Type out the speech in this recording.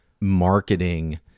marketing